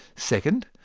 second,